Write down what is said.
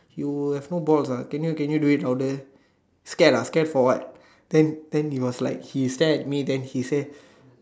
you have no balls ah can you can you do it louder scared ah scared for what then then he was like he stare at me then he say